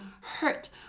hurt